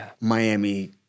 Miami